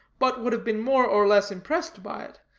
but would have been more or less impressed by it,